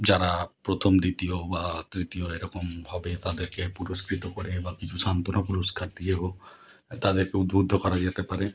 যারা প্রথম দ্বিতীয় বা তৃতীয় এরকমভাবে তাদেরকে পুরস্কৃত করে বা কিছু সান্ত্বনা পুরস্কার দিয়ে হোক তাদেরকে উদ্বুদ্ধ করা যেতে পারে